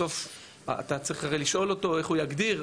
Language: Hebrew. בסוף אתה צריך הרי לשאול אותו איך הוא מגדיר.